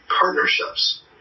partnerships